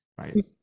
Right